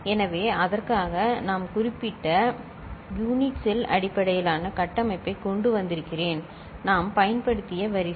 எனவே அதற்காக நான் குறிப்பிட்ட யூனிட் செல் அடிப்படையிலான கட்டமைப்பைக் கொண்டு வந்திருக்கிறேன் நாம் பயன்படுத்திய வரிசை